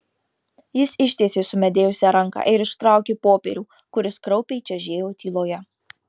jis ištiesė sumedėjusią ranką ir ištraukė popierių kuris kraupiai čežėjo tyloje